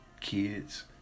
kids